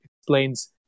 explains